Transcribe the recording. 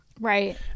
Right